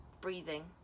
breathing